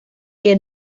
que